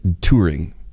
touring